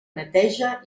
neteja